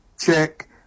check